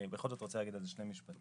אני בכל זאת רוצה להגיד על זה שני משפטים,